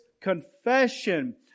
confession